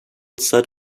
set